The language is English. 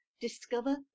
discover